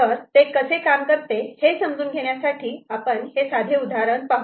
तर ते कसे काम करते हे समजून घेण्यासाठी आपण हे साधे उदाहरण पाहू